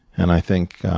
and i think